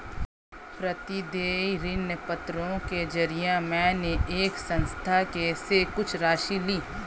प्रतिदेय ऋणपत्रों के जरिये मैंने एक संस्था से कुछ राशि ली